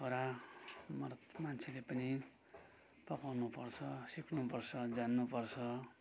छोरा मरद मान्छेले पनि पकाउनु पर्छ सिक्नु पर्छ जान्नु पर्छ